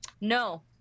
No